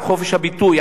על חופש הביטוי,